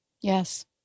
Yes